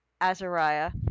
Azariah